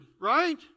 right